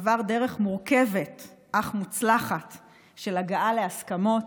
עבר דרך מורכבת אך מוצלחת של הגעה להסכמות,